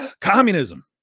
communism